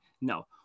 No